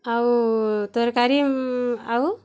ଆଉ ତରକାରୀ ଆଉ